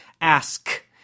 ask